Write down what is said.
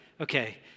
okay